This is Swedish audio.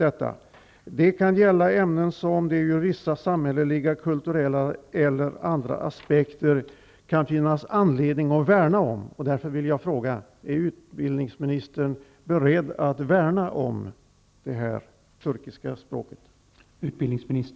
Det kan kan finnas vissa ämnen som det ur samhälleliga, kulturella eller andra aspekter kan vara anledning att värna om. Därför vill jag fråga: Är utbildningsministern beredd att värna om det turkiska språket?